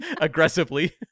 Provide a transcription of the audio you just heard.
aggressively